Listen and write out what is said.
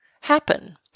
happen